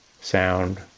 sound